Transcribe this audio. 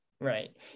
Right